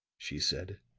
she said.